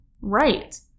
Right